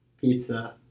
pizza